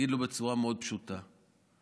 נגיד לו בצורה פשוטה מאוד: